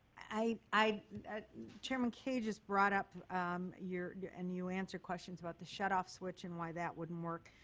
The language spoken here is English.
i i chairman kaye just brought up um your your and you answered questions about the shut-off switch and why that wouldn't work.